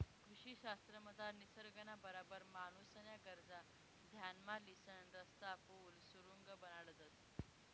कृषी शास्त्रमझार निसर्गना बराबर माणूसन्या गरजा ध्यानमा लिसन रस्ता, पुल, सुरुंग बनाडतंस